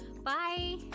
Bye